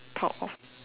proud of